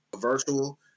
virtual